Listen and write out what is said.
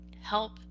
help